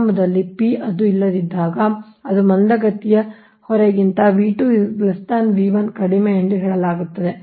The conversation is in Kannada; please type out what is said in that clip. ಆರಂಭದಲ್ಲಿ p ಅದು ಇಲ್ಲದಿದ್ದಾಗ ಅದು ಮಂದಗತಿಯ ಹೊರೆಗಿಂತ ಕಡಿಮೆ ಎಂದು ಹೇಳಲಾಗುತ್ತದೆ